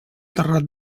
terrat